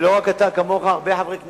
ולא רק אתה, כמוך הרבה חברי כנסת,